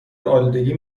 آلودگی